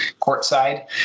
courtside